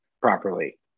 properly